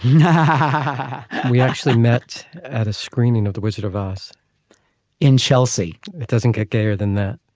and we actually met at a screening of the wizard of oz in chelsea. it doesn't get better than that.